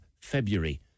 February